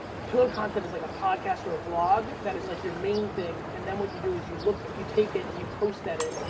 pillar content is like a podcast or a vlog that is like your main thing. and then what you do is you look, you take it and you post at it,